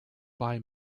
buy